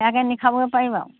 ইয়াকে নি খাব পাৰিবা আৰি